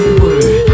word